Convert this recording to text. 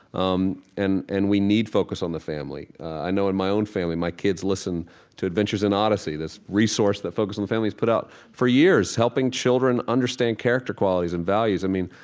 um and and we need focus on the family. i know in my own family my kids listen to adventures in odyssey, this resource that focus on the family has put out for years helping children understand character qualities and values. i mean,